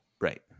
Right